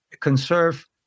conserve